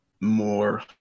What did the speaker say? more